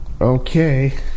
Okay